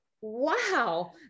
wow